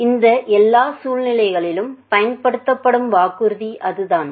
எனவே இந்த எல்லா சூழ்நிலைகளிலும் பயன்படுத்தப்படும் வாக்குறுதி அதுதான்